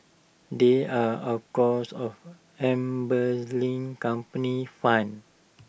they are of embezzling company funds